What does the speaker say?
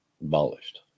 abolished